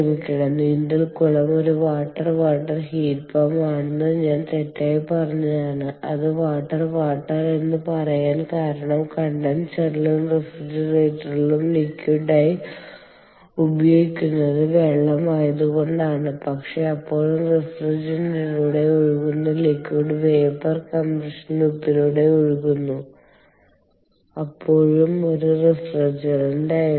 ക്ഷമിക്കണംനീന്തൽക്കുളം ഒരു water water heat pump ആണെന്ന് ഞാൻ തെറ്റായി പറഞ്ഞതാണ് അത് വാട്ടർ വാട്ടർ എന്ന് പറയൻ കാരണം കണ്ടൻസറിലും റഫ്രിജറേറ്ററിലും ലിക്വിഡ് ആയി ഉപയോഗിക്കുന്നത് വെള്ളം ആയതുകൊണ്ടാണ് പക്ഷേ അപ്പോഴും റഫ്രിജറന്റിലൂടെ ഒഴുകുന്ന ലിക്വിഡ് വേപ്പർ കംപ്രഷൻ ലൂപ്പിലൂടെ ഒഴുകുന്നത് അപ്പോഴും ഒരു റഫ്രിജറന്റായിരുന്നു